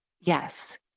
yes